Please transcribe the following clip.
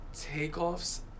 Takeoff's